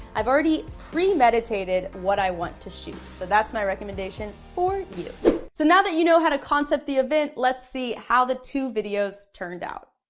i've already premeditated what i want to shoot, so that's my recommendation for you. so not that you know how to concept the event, let's see how the two videos turned out.